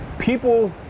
People